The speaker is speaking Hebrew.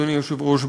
אדוני היושב-ראש,